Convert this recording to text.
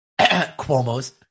Cuomo's